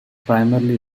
primarily